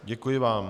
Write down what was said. Děkuji vám.